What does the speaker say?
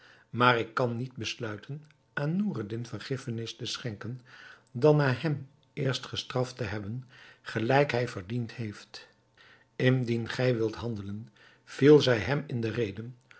maar ik kan niet besluiten aan noureddin vergiffenis te schenken dan na hem eerst gestraft te hebben gelijk hij verdiend heeft indien gij wilt handelen viel zij hem in de rede